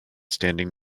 standing